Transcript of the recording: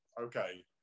okay